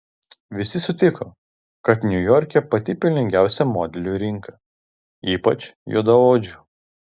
visi sutiko kad niujorke pati pelningiausia modelių rinka ypač juodaodžių